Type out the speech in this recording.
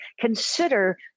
Consider